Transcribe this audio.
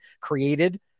created